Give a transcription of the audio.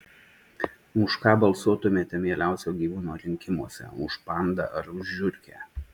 už ką balsuotumėte mieliausio gyvūno rinkimuose už pandą ar už žiurkę